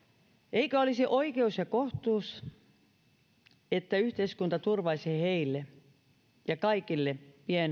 eikö olisi oikeus ja kohtuus että yhteiskunta turvaisi heille ja kaikille